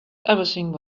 everything